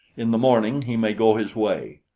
in the morning he may go his way.